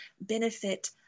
benefit